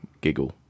giggle